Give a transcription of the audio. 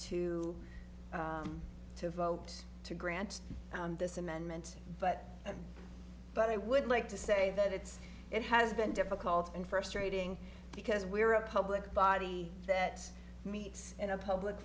to to vote to grant this amendment but but i would like to say that it's it has been difficult and frustrating because we are a public body that meets in a public